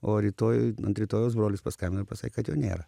o rytoj ant rytojaus brolis paskambino ir pasakė kad jo nėra